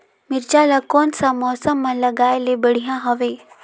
मिरचा ला कोन सा मौसम मां लगाय ले बढ़िया हवे